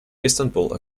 istanbul